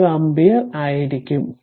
5 ampere ആയിരിക്കും